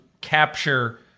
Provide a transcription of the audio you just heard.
capture